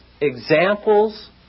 examples